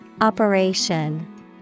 Operation